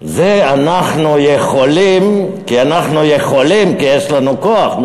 זה: אנחנו יכולים כי אנחנו יכולים, כי יש לנו כוח.